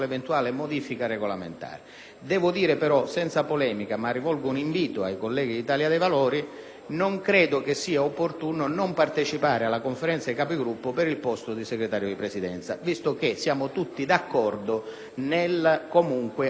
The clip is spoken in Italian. Devo dire però, senza vena polemica, ma rivolgendo un invito ai colleghi dell'Italia dei Valori, che non credo sia opportuno non partecipare alla Conferenza dei Capigruppo per il mancato posto di Segretario di Presidenza, visto che siamo tutti d'accordo nell'affrontare e risolvere la questione.